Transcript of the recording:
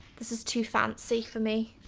this is too fancy for me.